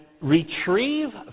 retrieve